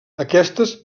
aquestes